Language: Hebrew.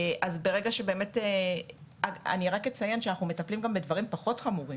אני רק אציין שאנחנו מטפלים גם במקרים פחות חמורים,